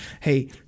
Hey